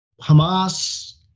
Hamas